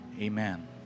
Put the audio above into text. Amen